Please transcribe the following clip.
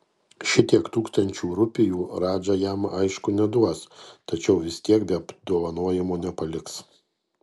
šitiek tūkstančių rupijų radža jam aišku neduos tačiau vis tiek be apdovanojimo nepaliks